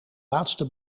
laatste